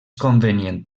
convenient